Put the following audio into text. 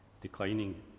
declining